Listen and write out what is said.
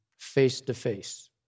face-to-face